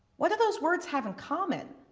what does those words have in common?